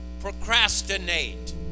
procrastinate